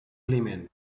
climent